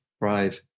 right